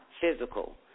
physical